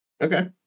okay